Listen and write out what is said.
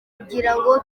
kugirango